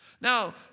Now